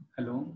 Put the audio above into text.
Hello।